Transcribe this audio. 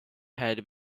had